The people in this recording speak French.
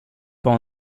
pas